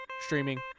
Streaming